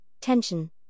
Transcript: tension